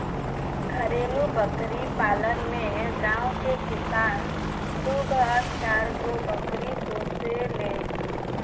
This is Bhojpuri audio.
घरेलु बकरी पालन में गांव के किसान दूगो आ चारगो बकरी पोसेले